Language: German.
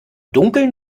dunkeln